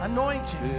Anointing